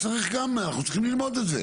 שעוסק בתהליך הסמכת ועדות מקומיות כוועדות עצמאיות.